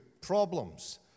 problems